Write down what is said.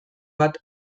bat